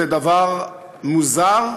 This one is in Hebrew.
זה דבר מוזר,